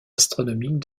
astronomique